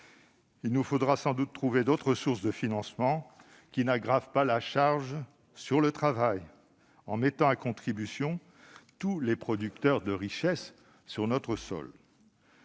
Il nous faudra sans doute trouver d'autres sources de financement qui n'aggravent pas la charge sur le travail, en mettant à contribution tous les producteurs de richesses sur notre sol.